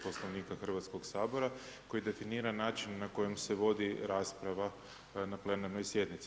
Poslovnika Hrvatskog sabora koji definira način na kojem se vodi rasprava na plenarnoj sjednici.